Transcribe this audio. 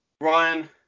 Ryan